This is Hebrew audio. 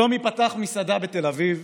שלומי פתח מסעדה בתל אביב